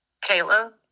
Caleb